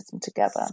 together